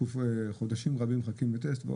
חודשים רבים מחכים לטסט.